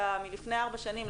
מלפני ארבע שנים,